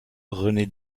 rené